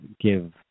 give